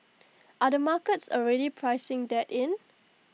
are the markets already pricing that in